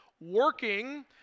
working